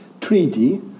Treaty